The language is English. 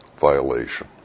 violation